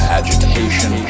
agitation